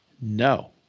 No